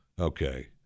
Okay